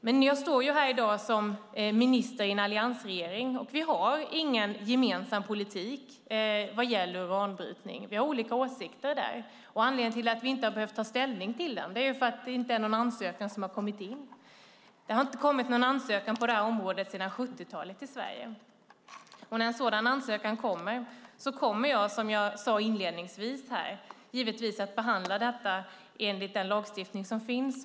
Men jag står här i dag som minister i en alliansregering. Vi har ingen gemensam politik när det gäller uranbrytning. Där har vi olika åsikter. Anledningen till att vi inte behövt ta ställning är att ingen ansökan kommit in. I Sverige har det sedan 1970-talet inte inkommit någon ansökan på området. När en sådan ansökan inkommer kommer jag, som jag här inledningsvis sade, givetvis att behandla frågan enligt den lagstiftning som finns.